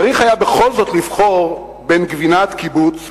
צריך היה בכל זאת לבחור בין גבינת קיבוץ,